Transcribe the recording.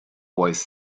voice